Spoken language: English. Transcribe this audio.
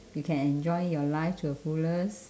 you can enjoy your life to the fullest